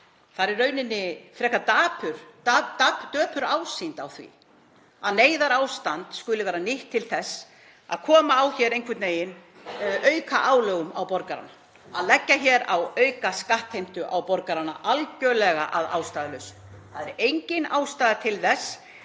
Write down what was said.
Það er í rauninni frekar döpur ásýnd á því að neyðarástand skuli vera nýtt til þess að koma á hér aukaálögum á borgarana, leggja hér á aukaskattheimtu á borgarana algerlega að ástæðulausu. Það er engin ástæða til þess